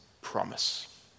promise